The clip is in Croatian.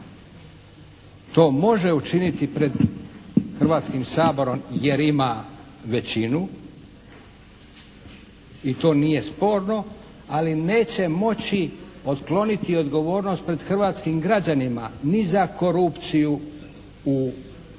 to može učiniti pred Hrvatskom saborom jer ima većinu i to nije sporno. Ali neće moći otkloniti odgovornost pred hrvatskim građanima ni za korupciju u Hrvatskom